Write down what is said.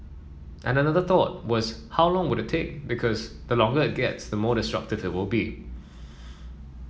and another thought was how long would take because the longer it gets the more destructive it will be